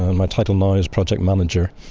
and my title now is project manager.